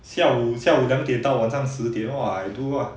下午下午两点到晚上十点哇 I do lah